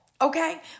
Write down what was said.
Okay